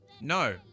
No